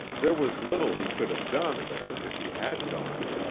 there was little he could have done there if he had gone,